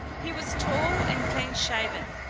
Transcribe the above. he was tall and clean-shaven,